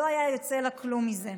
לא היה יוצא לה כלום מזה,